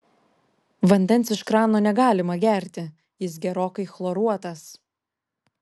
vandens iš krano negalima gerti jis gerokai chloruotas